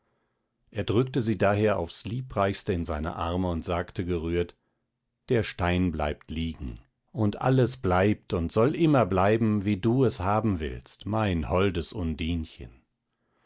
er drückte sie daher aufs liebreichste in seine arme und sagte gerührt der stein bleibt liegen und alles bleibt und soll immer bleiben wie du es haben willst mein holdes